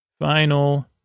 Final